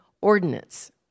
ordinance